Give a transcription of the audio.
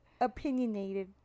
Opinionated